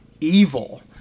evil